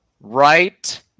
right